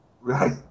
Right